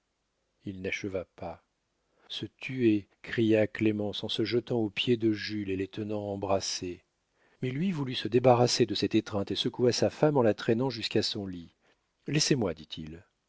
il n'acheva pas se tuer cria clémence en se jetant aux pieds de jules et les tenant embrassés mais lui voulut se débarrasser de cette étreinte et secoua sa femme en la traînant jusqu'à son lit laissez-moi dit-il